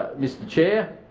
mr chair,